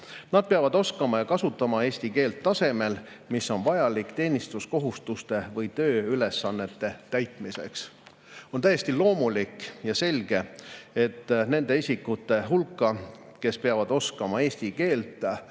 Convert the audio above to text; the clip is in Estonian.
Nad peavad oskama ja kasutama eesti keelt tasemel, mis on vajalik teenistuskohustuste või tööülesannete täitmiseks. On täiesti loomulik ja selge, et nende isikute hulka, kes peavad oskama eesti keelt,